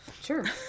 sure